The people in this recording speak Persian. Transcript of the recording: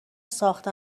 ساخته